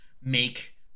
make